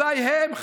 אזי הם,